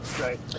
right